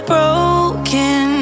Broken